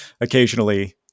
occasionally